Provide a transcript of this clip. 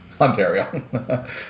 Ontario